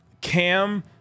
Cam